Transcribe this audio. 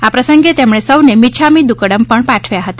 આ પ્રસંગે તેમણે સૌને મિચ્છામી દુક્કડમ પણ પાઠવ્યા હતા